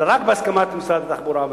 אלא רק בהסכמת משרד התחבורה והממשלה.